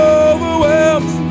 overwhelms